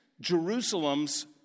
Jerusalem's